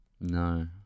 No